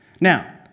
Now